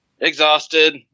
exhausted